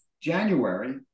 January